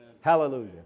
Hallelujah